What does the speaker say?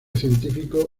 científico